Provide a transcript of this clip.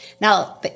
Now